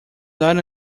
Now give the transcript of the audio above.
not